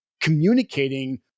communicating